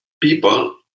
people